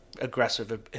aggressive